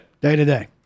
Day-to-day